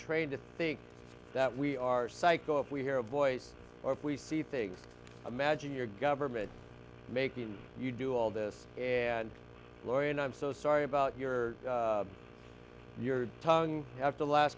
trained to think we are psycho if we hear a voice or if we see things imagine your government making you do all this and laurie and i'm so sorry about your your tongue after last